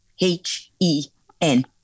H-E-N